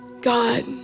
God